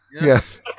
yes